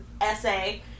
essay